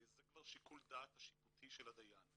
זה כבר שיקול הדעת השיפוטי של הדיין.